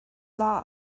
law